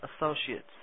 associates